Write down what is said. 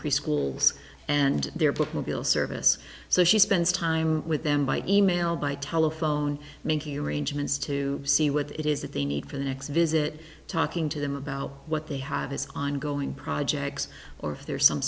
preschools and their bookmobile service so she spends time with them by e mail by telephone making arrangements to see what it is that they need for the next visit talking to them about what they have is ongoing projects or if there's some